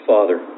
Father